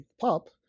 pop